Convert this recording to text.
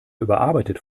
überarbeitete